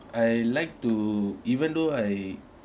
I like to even though I